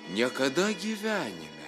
niekada gyvenime